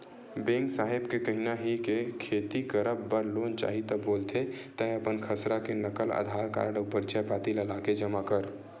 bank साहेब के कहिना हे के खेती करब बर लोन चाही ता बोलथे तंय अपन खसरा के नकल, अधार कारड अउ परिचय पाती ल लाके जमा कर